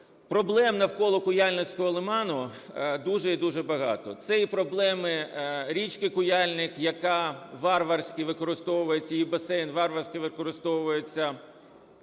Проблем навколо Куяльницького лиману дуже і дуже багато, це і проблеми річки Куяльник, яка варварськи використовується, її басейн варварськи використовується